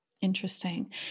Interesting